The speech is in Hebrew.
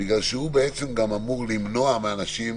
בגלל שהוא בעצם אמור למנוע מאנשים